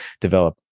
develop